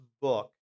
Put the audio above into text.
book